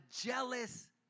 jealous